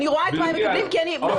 אני רואה את מה שהם מקבלים כי אני מחלקת.